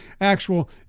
actual